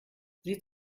sieht